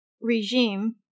regime